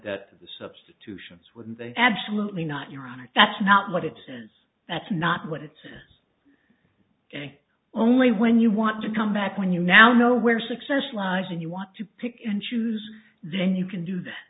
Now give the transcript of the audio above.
the substitution wouldn't they absolutely not your honor that's not what it says that's not what it says and only when you want to come back when you now know where success lies and you want to pick and choose then you can do that